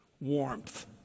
warmth